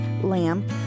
lamb